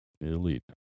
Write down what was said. Elite